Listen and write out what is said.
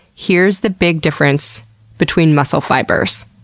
here's the big difference between muscle fibers.